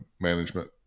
management